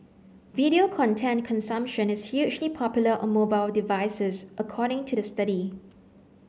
video content consumption is hugely popular on mobile devices according to the study